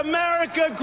America